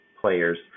players